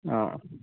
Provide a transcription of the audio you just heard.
অ